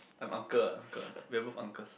I'm uncle uncle we are both uncles